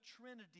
Trinity